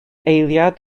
eiliad